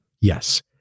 Yes